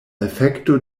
efekto